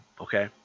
okay